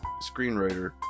screenwriter